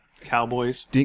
cowboys